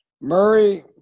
Murray